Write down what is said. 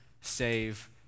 save